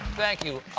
thank you.